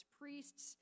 priests